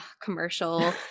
commercial